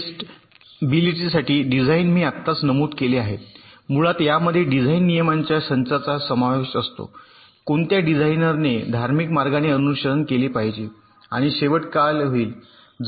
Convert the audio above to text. टेस्टिबिलिटीसाठी design मी आत्ताच नमूद केले आहे मुळात यामध्ये डिझाइन नियमांच्या संचाचा समावेश असतो कोणत्या डिझाइनरने धार्मिक मार्गाने अनुसरण केले पाहिजे आणि शेवट काय होईल